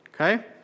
Okay